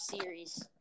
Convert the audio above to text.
series